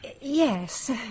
Yes